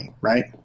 Right